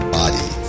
body